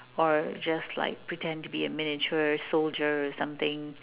or just like pretend to be a miniature soldier or something